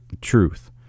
truth